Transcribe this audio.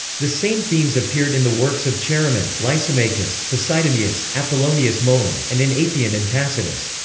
the same themes appeared in the works of chaeremon, lysimachus, poseidonius, apollonius molon, and in apion and tacitus.